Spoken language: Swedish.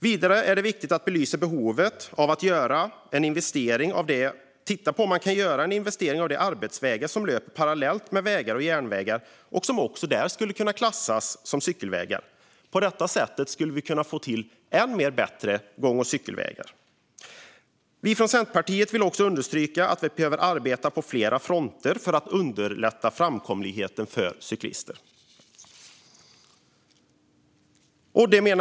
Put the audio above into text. Vidare är det viktigt att belysa behovet av att göra en inventering av de arbetsvägar som löper parallellt med vägar och järnvägar och som skulle kunna klassas som cykelvägar. På detta sätt skulle vi kunna få till ännu bättre gång och cykelvägar. Vi från Centerpartiet vill understryka att vi behöver arbeta på flera fronter för att underlätta framkomligheten för cyklister.